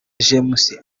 james